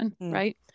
right